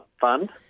Fund